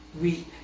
weep